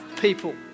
people